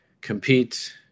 compete